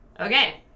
Okay